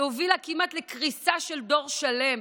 שהובילה כמעט לקריסה של דור שלם,